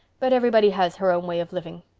but everybody has her own way of living.